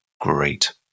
Great